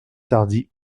tardy